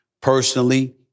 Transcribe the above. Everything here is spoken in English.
Personally